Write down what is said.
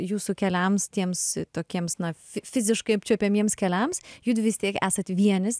jūsų keliams tiems tokiems na fi fiziškai apčiuopiamiems keliams judvi vis tiek esat vienis